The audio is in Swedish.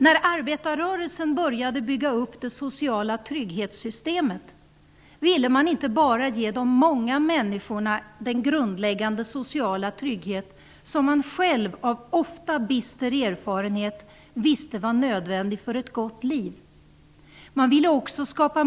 ''När arbetarrörelsen började bygga upp det sociala trygghetssystemet ville man inte bara ge de många människorna den grundläggande sociala trygghet som man själv av ofta bister erfarenhet visste var nödvändig för ett gott liv. Man ville också skapa